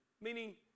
meaning